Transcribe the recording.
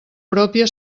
pròpia